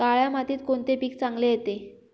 काळ्या मातीत कोणते पीक चांगले येते?